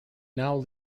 now